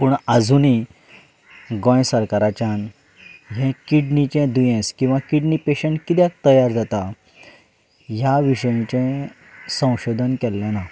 पूण आजुनय गोंय सरकाराच्यान हें किडणीचें दुयेंस किंवा किडणी पेशंट कित्याक तयार जाता ह्या विशयाचें संशोधन केल्लें ना